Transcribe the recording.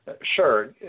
Sure